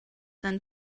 than